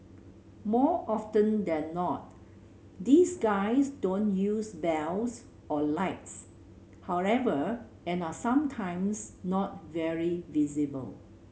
more often than not these guys don't use bells or lights however and are sometimes not very visible